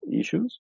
issues